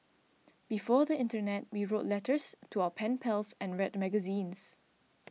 before the internet we wrote letters to our pen pals and read magazines